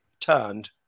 turned